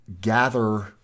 gather